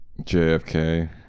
JFK